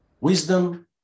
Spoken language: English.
wisdom